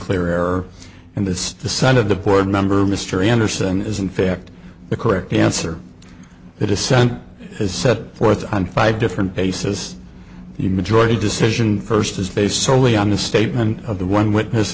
clear error and that's the side of the board member mr anderson is in fact the correct answer the dissent has set forth on five different basis the majority decision first is based solely on the statement of the one witness